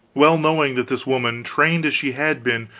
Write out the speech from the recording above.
well knowing that this woman, trained as she had been,